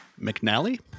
McNally